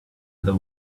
other